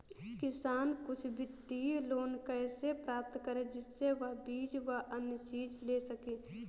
किसान कुछ वित्तीय लोन कैसे प्राप्त करें जिससे वह बीज व अन्य चीज ले सके?